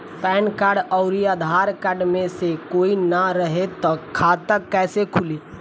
Pan card आउर Aadhaar card मे से कोई ना रहे त खाता कैसे खुली?